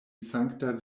sankta